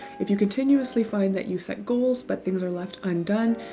if you continuously find that you set goals, but things are left undone,